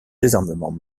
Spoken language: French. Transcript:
désarmement